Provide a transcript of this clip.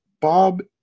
Bob